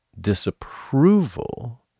disapproval